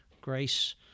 Grace